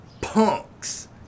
punks